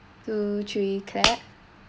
two three clap